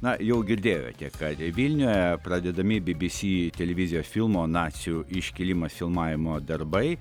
na jau girdėjote kad vilniuje pradedami by by sy televizijos filmo nacių iškilimas filmavimo darbai